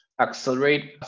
accelerate